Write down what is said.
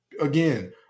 again